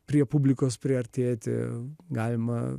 prie publikos priartėti galima